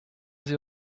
sie